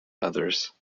others